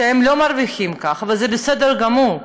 והם לא מרוויחים כך, וזה בסדר גמור,